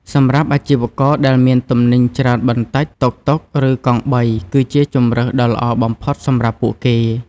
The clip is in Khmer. សម្រាប់អាជីវករដែលមានទំនិញច្រើនបន្តិច តុកតុក ឬកង់បីគឺជាជម្រើសដ៏ល្អបំផុតសម្រាប់ពួកគេ។